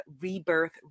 rebirth